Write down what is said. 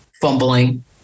fumbling